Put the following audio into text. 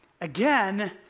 Again